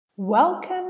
Welcome